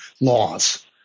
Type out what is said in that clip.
laws